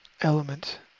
element